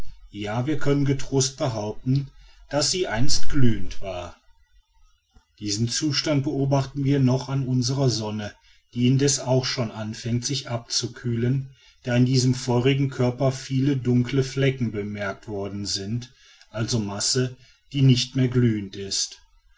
ja wir können getrost behaupten daß sie einst glühend war diesen zustand beobachten wir noch an unserer sonne die indeß auch schon anfängt sich abzukühlen da in diesem feurigen körper viele dunkle flecken bemerkt worden sind also masse die nicht mehr glühend ist